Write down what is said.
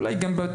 על מנת לאפשר